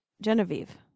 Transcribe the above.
Genevieve